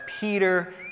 Peter